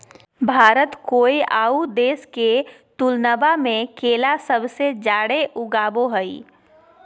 भारत कोय आउ देश के तुलनबा में केला सबसे जाड़े उगाबो हइ